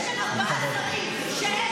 יש כאן ארבעה שרים שאין להם,